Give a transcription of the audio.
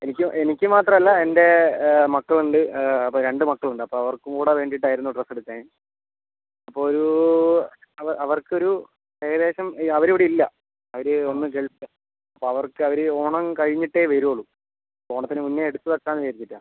എനിക്ക് എനിക്ക് മാത്രമല്ല എൻ്റെ മക്കൾ ഉണ്ട് രണ്ട് മക്കൾ ഉണ്ട് അപ്പം അവർക്കും കൂടെ വേണ്ടിയിട്ട് ആയിരുന്നു ഡ്രസ്സ് എടുക്കാൻ അപ്പോൾ ഒരു അവർ അവർക്ക് ഒരു ഏകദേശം അവർ ഇവിടെ ഇല്ല അവർ ഒന്ന് ഗൾഫ് അപ്പം അവർക്ക് അവർ ഓണം കഴിഞ്ഞിട്ടേ വരൂള്ളൂ അപ്പം ഓണത്തിന് മുന്നെ എടുത്ത് വയ്ക്കാമെന്ന് വിചാരിച്ചിട്ടാണ്